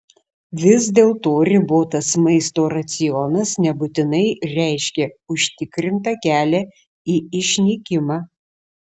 vis dėlto ribotas maisto racionas nebūtinai reiškia užtikrintą kelią į išnykimą